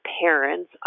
parents